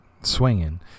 swinging